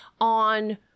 On